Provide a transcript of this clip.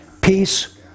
Peace